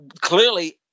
clearly